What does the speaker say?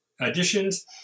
additions